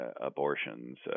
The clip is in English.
abortions